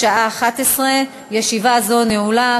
בשעה 11:00. ישיבה זו נעולה.